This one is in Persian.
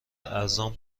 ارزان